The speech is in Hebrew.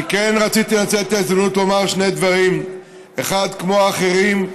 אני כן רציתי לנצל את ההזדמנות לומר שני דברים: 1. כמו האחרים,